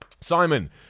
Simon